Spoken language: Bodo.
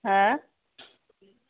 मा